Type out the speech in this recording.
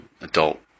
adult